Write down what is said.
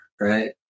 Right